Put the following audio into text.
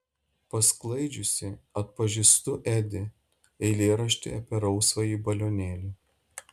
pasklaidžiusi atpažįstu edi eilėraštį apie rausvąjį balionėlį